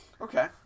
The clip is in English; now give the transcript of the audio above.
Okay